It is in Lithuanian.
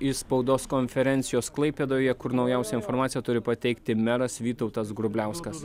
iš spaudos konferencijos klaipėdoje kur naujausią informaciją turi pateikti meras vytautas grubliauskas